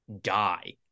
die